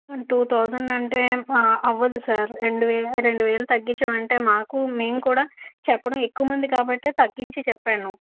two thousand అంటే అవ్వదు sir రెండు వే రెండు వేలు తగ్గించడం అంటే మాకూ మేము కూడా చెప్పడం ఎక్కువ మంది కాబట్టే తగ్గించి చెప్పాను